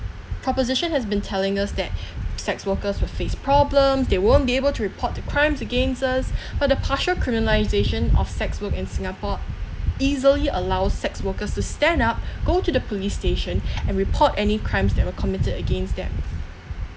proposition has been telling us that sex workers will face problems they won't be able to report to crimes against us but the partial criminalization of sex work in singapore easily allows sex workers to stand up go to the police station and report any crimes that were committed against them